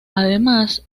además